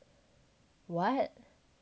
what